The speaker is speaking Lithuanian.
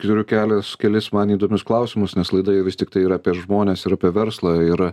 turiu kelias kelis man įdomius klausimus nes laida vis tiktai ir apie žmones ir apie verslą ir